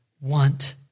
want